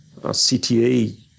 CTA